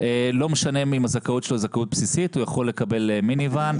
לא משנה אם הזכאות שלו היא זכאות בסיסית הוא יכול לקבל מיני ואן,